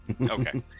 Okay